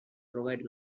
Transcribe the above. provide